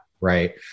Right